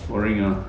boring ah